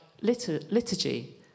liturgy